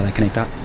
ah connect up.